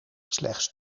slechts